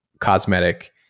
cosmetic